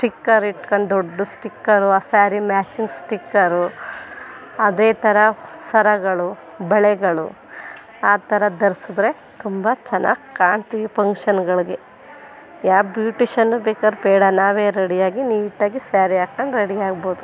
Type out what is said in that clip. sticker ಇಟ್ಕೊಂಡು ದೊಡ್ಡು sticker ಆ ಸ್ಯಾರಿಗ್ ಮ್ಯಾಚಿಂಗ್ ಸ್ಟಿಕ್ಕರು ಅದೇ ಥರ ಸರಗಳು ಬಳೆಗಳು ಆ ಥರ ಧರಿಸಿದ್ರೆ ತುಂಬ ಚೆನ್ನಾಗಿ ಕಾಣ್ತೀವಿ ಫಂಕ್ಷನ್ಗಳಿಗೆ ಯಾವ ಬ್ಯೂಟಿಷನ್ನು ಬೇಕಾದ್ರೆ ಬೇಡ ನಾವೇ ರೆಡಿಯಾಗಿ ನೀಟಾಗಿ ಸ್ಯಾರಿ ಹಾಕೊಂಡು ರೆಡಿ ಆಗ್ಬೋದು